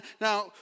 now